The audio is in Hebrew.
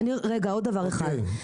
רגע עוד דבר אחר,